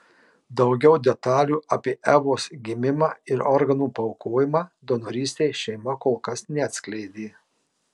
daugiau detalių apie evos gimimą ir organų paaukojimą donorystei šeima kol kas neatskleidė